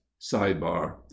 sidebar